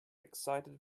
excited